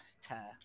tear